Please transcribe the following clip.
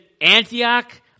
Antioch